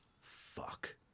Fuck